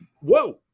Whoa